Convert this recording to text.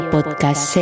Podcast